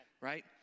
right